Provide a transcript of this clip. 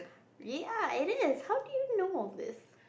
ya it is how did you know of this